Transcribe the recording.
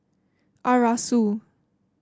Arasu